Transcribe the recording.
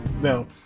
Now